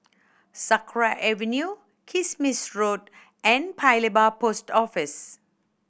Sakra Avenue Kismis Road and Paya Lebar Post Office